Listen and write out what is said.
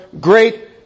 great